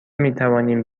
میتوانیم